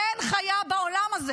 אין חיה בעולם הזה